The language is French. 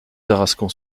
tarascon